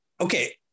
Okay